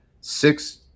six